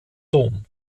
dom